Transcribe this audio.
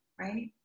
Right